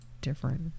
different